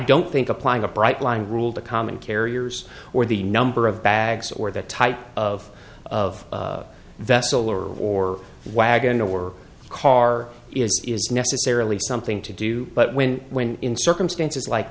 don't think applying a bright line rule to common carriers or the number of bags or the type of of vessel or or wagon or car is necessarily something to do but when when in circumstances like